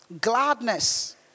Gladness